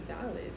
valid